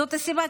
זאת הסיבה,